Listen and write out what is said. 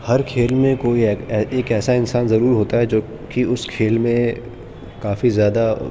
ہر کھیل میں کوئی ایک ایک ایسا انسان ضرور ہوتا ہے جو کہ اس کھیل میں کافی زیادہ